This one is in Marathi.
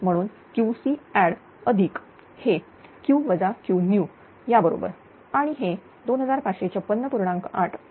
म्हणून QCadd अधिक हेQ Qnew याबरोबर आणि हे 2556